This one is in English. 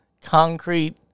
concrete